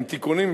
עם תיקונים,